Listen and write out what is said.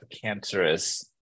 cancerous